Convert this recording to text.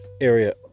area